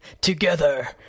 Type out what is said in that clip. Together